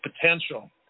potential